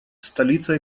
столица